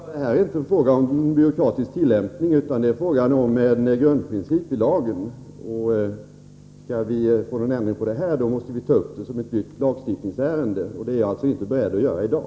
Herr talman! Jag upprepar: Det är inte fråga om en byråkratisk tillämpning utan om en grundprincip i lagen. För att åstadkomma en ändring härvidlag måste detta tas upp som ett nytt lagstiftningsärende, och det är jag alltså inte beredd att göra i dag.